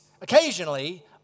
occasionally